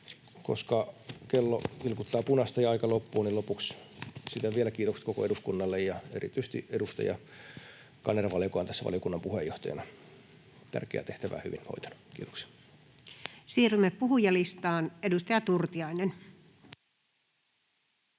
Koska kello vilkuttaa punaista ja aika loppuu, niin lopuksi esitän vielä kiitokset koko eduskunnalle ja erityisesti edustaja Kanervalle, joka on tässä valiokunnan puheenjohtajana tärkeää tehtävää hyvin hoitanut. — Kiitoksia. Siirrymme puhujalistaan. — Edustaja Turtiainen.